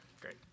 great